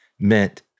meant